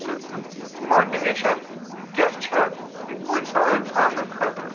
تہٕ ماٹِویشن کیٛاہ چھےٚ گُرۍ سوٲرۍ تھاونہٕ خٲطرٕ